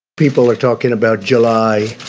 people are talking about july,